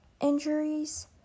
injuries